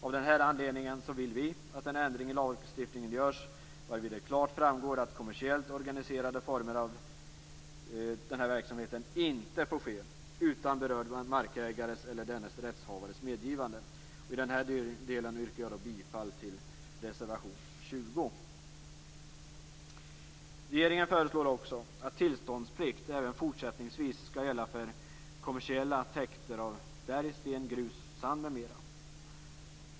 Av denna anledning vill vi att en ändring i lagstiftningen görs varvid det klart framgår att kommersiellt organiserade verksamheter inte får ske utan berörd markägares eller dennes rättshavares medgivande. I denna del yrkar jag bifall till reservation 20. Regeringen föreslår också att tillståndsplikt även fortsättningsvis skall gälla för kommersiella täkter av berg, sten, grus, sand m.m.